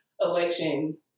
election